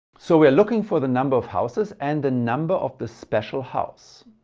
so we're looking for the number of houses and the number of the special house.